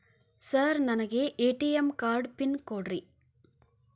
Sir ನನಗೆ ATM card pin ಕೊಡ್ರಿ?